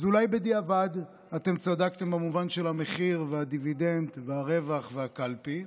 אז אולי בדיעבד צדקתם במובן של המחיר והדיווידנד והרווח והקלפי,